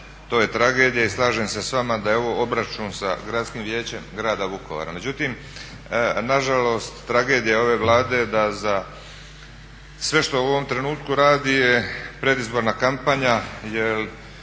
to je tragedija i slažem se s vama da je ovo obračun sa gradskim vijećem grada Vukovara. Međutim, nažalost, tragedija ove Vlade je da sve što u ovom trenutku radi je predizborna kampanja.